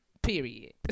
Period